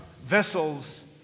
vessels